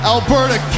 Alberta